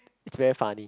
it's very funny